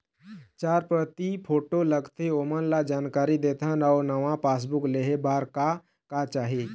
चार प्रति फोटो लगथे ओमन ला जानकारी देथन अऊ नावा पासबुक लेहे बार का का चाही?